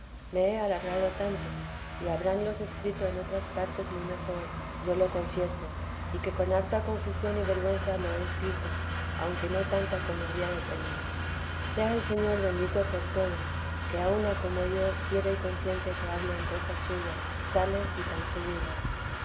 me he alargado tanto y habránlos escrito en otras partes muy mejor yo lo confieso y que con harta confusión y vergüenza lo he escrito aunque no tanta como había de tener sea el señor bendito por todo que a una como yo quiere y consiente que hable en cosas suyas tales y tan subidas